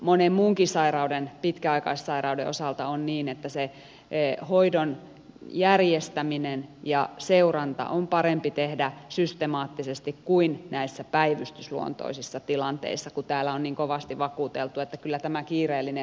monen muunkin pitkäaikaissairauden osalta on niin että se hoidon järjestäminen ja seuranta on parempi tehdä systemaattisesti kuin näissä päivystysluontoisissa tilanteissa kun täällä on niin kovasti vakuuteltu että kyllä tämä kiireellinen hoito riittää